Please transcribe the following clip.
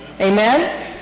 Amen